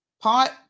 pot